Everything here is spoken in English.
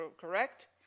correct